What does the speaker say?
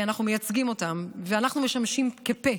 הרי אנחנו מייצגים אותם ואנחנו משמשים כפה,